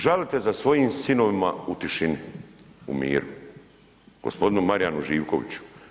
Žalite za svojim sinovima u tišini, u miru, gospodinu Marijanu Živkoviću.